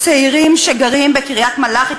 מענישים צעירים שגרים בקריית-מלאכי,